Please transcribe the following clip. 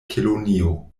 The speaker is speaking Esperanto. kelonio